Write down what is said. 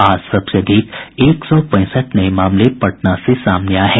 आज सबसे अधिक एक सौ पैंसठ नये मामले पटना से सामने आये हैं